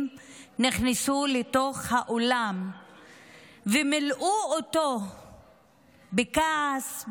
נכנסו לתוך האולם ומילאו אותו בכעס,